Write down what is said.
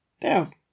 down